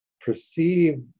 perceive